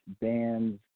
bands